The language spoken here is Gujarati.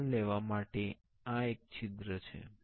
બહાર લેવા માટે એક છિદ્ર છે